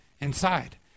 inside